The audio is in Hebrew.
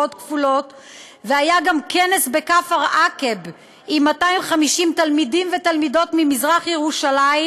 והיה גם כנס בכפר עקב עם 250 תלמידים ותלמידות ממזרח-ירושלים,